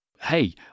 Hey